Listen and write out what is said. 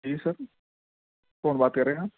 جی sir کون بات کر رہے ہیں آپ